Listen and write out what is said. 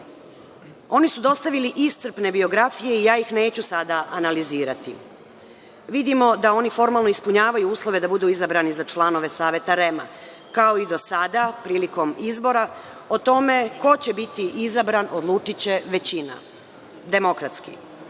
Oni su dostavili iscrpne biografije i ja ih neću sada analizirati. Vidimo da oni formalno ispunjavaju uslove da budu izabrani za članove Saveta REM-a. Kao i do sada, prilikom izbora o tome ko će biti izabran odlučiće većina, demokratski.